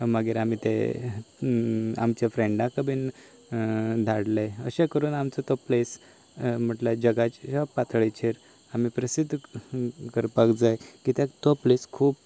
मागीर आमी ते आमच्या फ्रेंडाक बी धाडले अशें करून आमचो तो प्लेस म्हणल्यार जगाच्या पातळीचेर आमी प्रसिद्ध करपाक जाय कित्याक तो प्लेस खूब